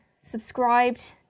subscribed